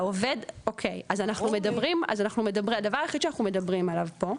אז הדבר היחיד שאנחנו מדברים עליו פה,